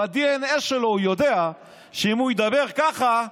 בדנ"א שלו הוא יודע שאם הוא ידבר ככה,